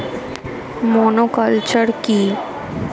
Monoculture কি?